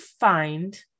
find